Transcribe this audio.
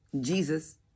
Jesus